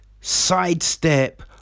sidestep